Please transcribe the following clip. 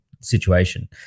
situation